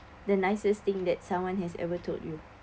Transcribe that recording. the nicest thing that someone has ever told you